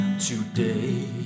today